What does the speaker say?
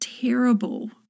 terrible